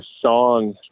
song